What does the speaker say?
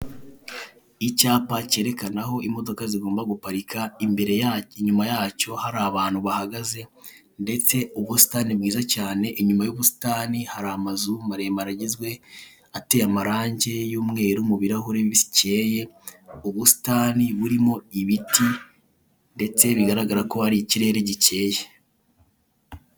Icyapa cyerekana aho imodoka zigomba guparika inyuma yacyo hari abantu bahagaze ndetse ubusitani bwiza cyane inyuma y'ubusitani hari amazu maremare, agizwe ateye amarangi y'umweru mu birahure bikeye, ubusitani burimo ibiti, ndetse bigaragara ko hari ikirere gikeye.